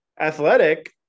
Athletic